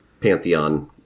pantheon